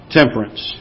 temperance